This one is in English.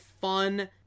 fun